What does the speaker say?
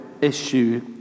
issue